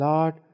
Lord